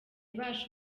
ifasha